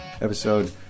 Episode